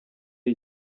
ari